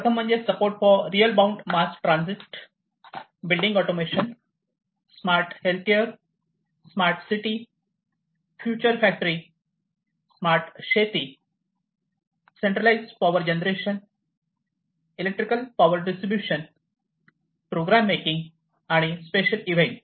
प्रथम म्हणजे support for real bound mass transit building automation smart healthcare smart city future factory smart शेती centralise power generation electric power distribution programme making आणि special event